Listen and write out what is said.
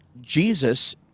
Jesus